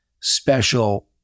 special